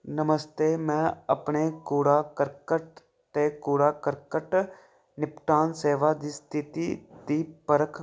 नमस्ते में अपने कूड़ा करकट ते कूड़ा करकट निपटान सेवा दी स्थिति दी परख